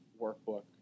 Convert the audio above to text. workbook